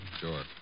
Sure